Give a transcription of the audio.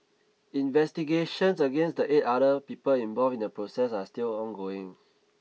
investigations against the eight other people involved in the protest are still ongoing